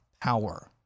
power